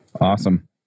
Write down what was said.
Awesome